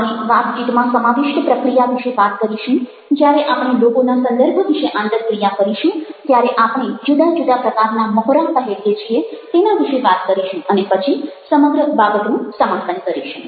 આપણે વાતચીતમાં સમાવિષ્ટ પ્રક્રિયા વિશે વાત કરીશું જ્યારે આપણે લોકોના સંદર્ભ વિશે આંતરક્રિયા કરીશું ત્યારે આપણે જુદા જુદા પ્રકારના મહોરાં પહેરીએ છીએ તેના વિશે વાત કરીશું અને પછી સમગ્ર બાબતનું સમાપન કરીશું